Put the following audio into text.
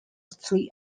three